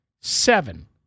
seven